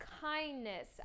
Kindness